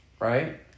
Right